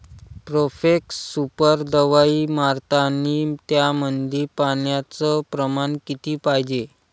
Profex super दवाई मारतानी त्यामंदी पान्याचं प्रमाण किती पायजे?